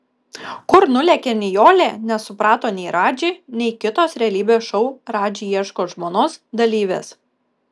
kur nulėkė nijolė nesuprato nei radži nei kitos realybės šou radži ieško žmonos dalyvės